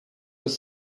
was